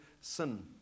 sin